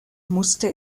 musste